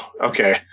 Okay